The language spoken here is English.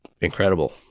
incredible